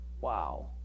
Wow